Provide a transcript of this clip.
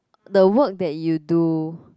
the work that you do